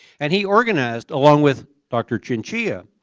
and he organized along with dr. chinchilla,